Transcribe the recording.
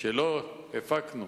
שלא הפקנו